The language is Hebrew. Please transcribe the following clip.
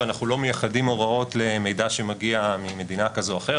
ואנחנו לא מייחדים הוראות למידע שמגיע ממדינה כזו או אחרת,